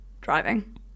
driving